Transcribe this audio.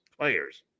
players